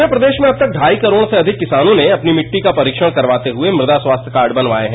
पूरे प्रदेश में अब तक ढाई करोड़ से अधिक किसानों ने अपनी मिट्टी का परीक्षण करवाते हुए मुदा स्वास्थ्य कार्ड बनवाये हैं